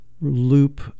loop